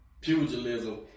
pugilism